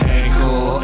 ankle